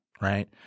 right